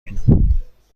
بینم